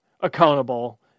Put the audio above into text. accountable